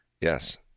Yes